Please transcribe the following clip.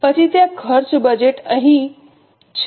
પછી ત્યાં ખર્ચ બજેટ છે